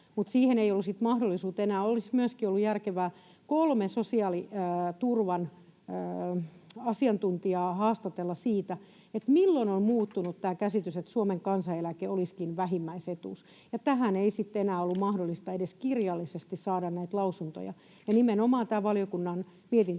siihen ei ollut sitten mahdollisuutta enää. Olisi myöskin ollut järkevää kolme sosiaaliturvan asiantuntijaa haastatella siitä, milloin on muuttunut tämä käsitys, että Suomen kansaneläke olisikin vähimmäisetuus, ja tähän ei sitten enää ollut mahdollista edes kirjallisesti saada lausuntoja. Nimenomaan tämä valiokunnan mietintöhän